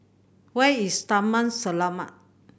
where is Taman Selamat